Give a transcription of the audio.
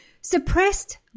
suppressed